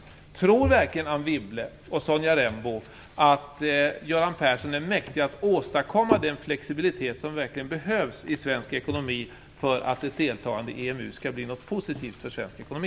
Men tror verkligen Anne Wibble och Sonja Rembo att Göran Persson är mäktig att åstadkomma den flexibilitet som verkligen behövs i svensk ekonomi för att ett deltagande i EMU skall bli något positivt för svensk ekonomi?